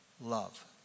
love